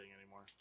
anymore